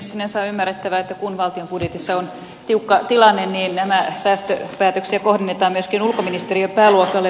sinänsä on ymmärrettävää että kun valtion budjetissa on tiukka tilanne niin näitä säästöpäätöksiä kohdennetaan myöskin ulkoministeriön pääluokalle